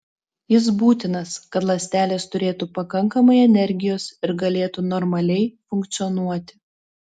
jis būtinas kad ląstelės turėtų pakankamai energijos ir galėtų normaliai funkcionuoti